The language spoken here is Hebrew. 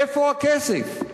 איפה הכסף?